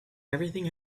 everything